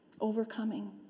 Overcoming